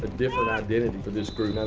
ah different identity for this group.